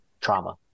trauma